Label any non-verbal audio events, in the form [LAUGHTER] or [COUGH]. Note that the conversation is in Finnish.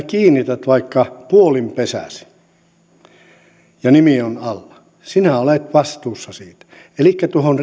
[UNINTELLIGIBLE] kiinnität vaikka kuolinpesäsi ja nimi on alla sinä olet vastuussa siitä elikkä tuohon [UNINTELLIGIBLE]